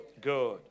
good